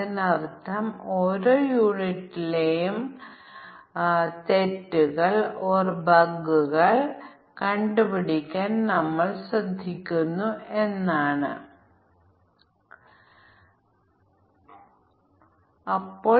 അതിനാൽ b2 4ac b2 4ac കണക്കിലെടുക്കുമ്പോൾ input ലുക്കിന്റെ പ്രതിനിധി മൂല്യങ്ങൾ ഞങ്ങൾ പ്രതിനിധാനം ചെയ്യണം